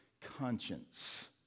conscience